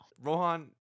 Rohan